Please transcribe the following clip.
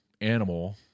animal